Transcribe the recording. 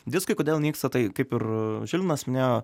diskai kodėl nyksta tai kaip ir žilvinas minėjo